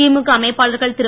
திமுக அமைப்பாளர்கள் திரு